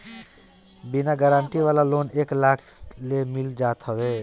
बिना गारंटी वाला लोन एक लाख ले मिल जात हवे